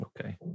Okay